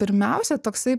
pirmiausia toksai